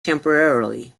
temporarily